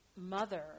Mother